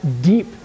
deep